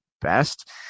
best